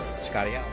Scotty